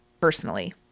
personally